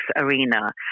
arena